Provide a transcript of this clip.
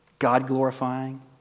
God-glorifying